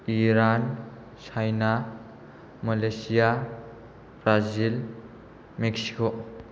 Iran China Malaysia Brazil Mexico